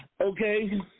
Okay